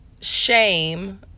shame